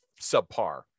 subpar